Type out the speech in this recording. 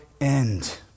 end